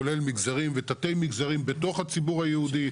כולל מגזרים ותתי מגזרים בתוך הציבור היהודי,